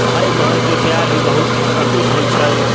भाय बहिनके प्यार भी बहुत अटूट होइ छै